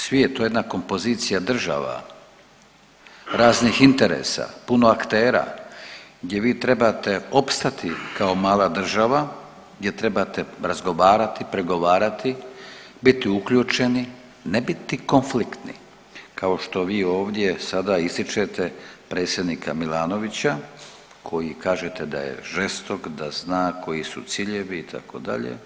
Svijet to je jedna kompozicija država raznih interesa, puno aktera gdje vi trebate opstati kao mala država, gdje trebate razgovarati, pregovarati, biti uključeni, ne biti konfliktni kao što vi ovdje sada ističete predsjednika Milanovića koji kažete da je žestok, da zna koji su ciljevi itd.